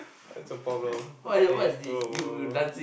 that's a problem eh bro bro bro